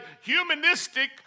humanistic